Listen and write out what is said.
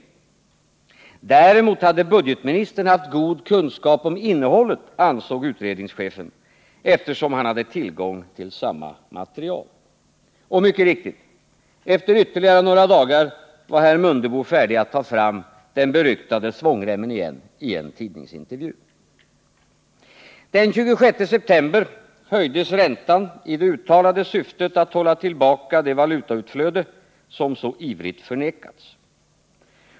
Däremot, ansåg utredningschefen, hade budgetministern haft god kunskap om innehållet, eftersom han hade haft tillgång till samma material. Och mycket riktigt: efter ytterligare några dagar var herr Mundebo färdig att ta fram den beryktade svångremmen igen i en tidningsintervju. Den 26 september höjdes räntan i det uttalade syftet att hålla tillbaka det valutautflöde som så ivrigt hade förnekats.